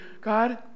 God